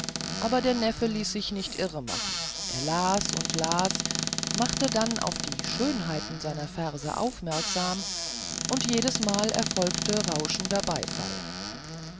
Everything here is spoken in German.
aber der neffe ließ sich nicht irremachen er las und las machte dann auf die schönheiten seiner verse aufmerksam und jedesmal erfolgte rauschender beifall